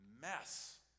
mess